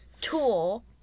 tool